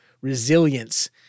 resilience